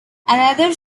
another